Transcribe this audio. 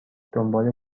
دنبال